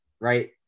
right